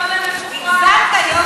הם לא מתביישים, הם לא במבוכה.